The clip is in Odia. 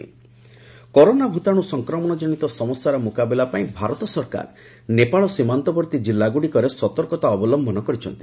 ଇଣ୍ଡିଆ କରୋନା କରୋନା ଭୂତାଣୁ ସଂକ୍ରମଣ ଜନିତ ସମସ୍ୟାର ମୁକାବିଲା ପାଇଁ ଭାରତ ସରକାର ନେପାଳ ସୀମାନ୍ତବର୍ତ୍ତି ଜିଲ୍ଲାଗୁଡ଼ିକରେ ସତର୍କତା ଅବଲମ୍ଭନ କରିଛନ୍ତି